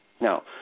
Now